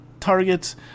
Targets